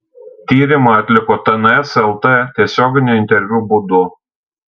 tyrimą atliko tns lt tiesioginio interviu būdu